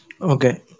Okay